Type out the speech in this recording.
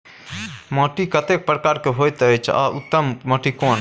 माटी कतेक प्रकार के होयत अछि आ उत्तम माटी कोन?